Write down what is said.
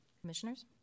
Commissioners